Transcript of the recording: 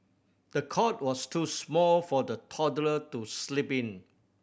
the cot was too small for the toddler to sleep in